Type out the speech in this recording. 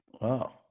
Wow